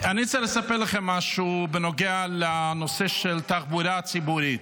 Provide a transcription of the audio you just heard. אני רוצה לספר לכם משהו בנוגע לנושא של תחבורה ציבורית.